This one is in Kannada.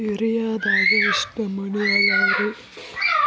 ಯೂರಿಯಾದಾಗ ಎಷ್ಟ ನಮೂನಿ ಅದಾವ್ರೇ?